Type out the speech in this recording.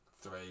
three